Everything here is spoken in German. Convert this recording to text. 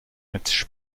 als